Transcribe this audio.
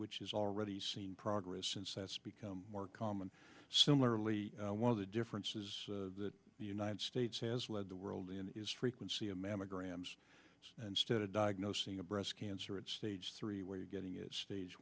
which is already seen progress since that's become more common similarly one of the differences that the united states has led the world in is frequency of mammograms instead of diagnosing a breast cancer at stage three where you're getting stage